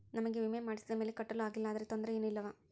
ನಮಗೆ ವಿಮೆ ಮಾಡಿಸಿದ ಮೇಲೆ ಕಟ್ಟಲು ಆಗಿಲ್ಲ ಆದರೆ ತೊಂದರೆ ಏನು ಇಲ್ಲವಾ?